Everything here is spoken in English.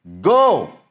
go